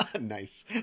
nice